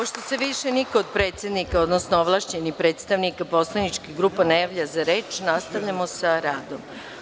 Pošto se više niko od predsednika, odnosno ovlašćenih predstavnika poslaničkih grupa ne javlja za reč, nastavljamo sa radom.